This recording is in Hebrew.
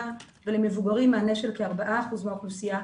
ולמבוגרים מענה של כ-4% מהאוכלוסייה,